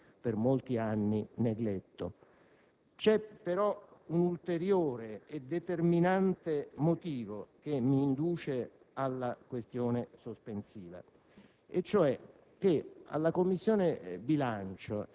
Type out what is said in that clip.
Costituzione repubblicana, un articolo assai importante per molti anni negletto. Interviene, però, un ulteriore e determinante motivo che mi induce a presentare la questione sospensiva.